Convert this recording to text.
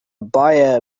buyer